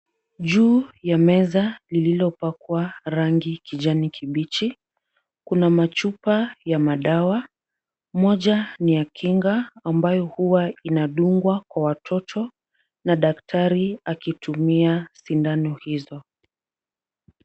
Juu ya meza lililopakwa rangi kijani kibichi, kuna machupa ya madawa. Moja ni ya kinga ambayo huwa inadungwa kwa watoto, na daktari akitumia sindano hizo.